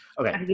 Okay